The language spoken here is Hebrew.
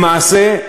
למעשה,